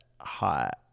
hot